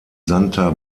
santa